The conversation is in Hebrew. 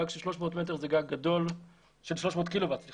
גג של 300 קילוואט זה